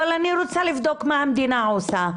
אבל אני רוצה לבדוק מה המדינה עושה.